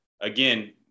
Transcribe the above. again